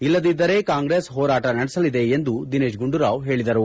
ಇಲ್ಲದಿದ್ದರೆ ಕಾಂಗ್ರೆಸ್ ಹೋರಾಟ ನಡೆಸಲಿದೆ ಎಂದು ದಿನೇತ್ ಗುಂಡೂರಾವ್ ಹೇಳಿದರು